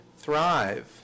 Thrive